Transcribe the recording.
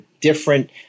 different